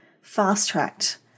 fast-tracked